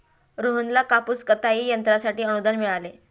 रोहनला कापूस कताई यंत्रासाठी अनुदान मिळाले